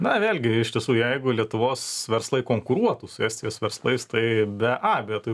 na vėlgi iš tiesų jeigu lietuvos verslai konkuruotų su estijos verslais tai be abejo tai